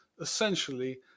Essentially